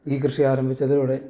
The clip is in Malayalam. ഈ കൃഷി ആരംഭിച്ചതോടെ